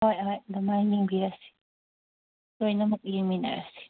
ꯍꯣꯏ ꯍꯣꯏ ꯑꯗꯨꯃꯥꯏꯅ ꯌꯦꯡꯕꯤꯔꯁꯤ ꯂꯣꯏꯅꯃꯛ ꯌꯦꯡꯃꯤꯟꯅꯔꯁꯤ